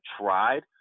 tried